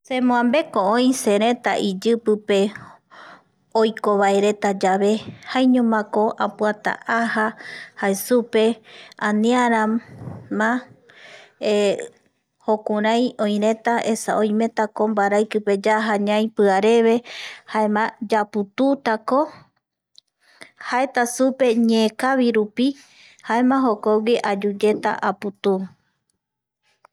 Semboambeko oi sereta ipyipipe oikovaeretape yave jaiñomako apuata aja jae supe aniarama jukurai oireta esa oimetako mbaraiki pe yaja ñai piareve jaema yaputuu tako jaeta supe ñeekavirupi jaema jokogui ayuyeta aputuu